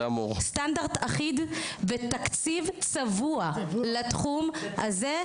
סטנדרט אחיד עם תקציב צבוע לתחום הזה,